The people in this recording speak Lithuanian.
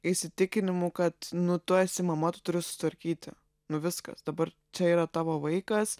įsitikinimų kad nu tu esi mama tu turi sutvarkyti nu viskas dabar čia yra tavo vaikas